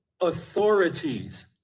authorities